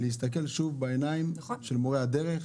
להסתכל שוב בעיניים של מורי הדרך,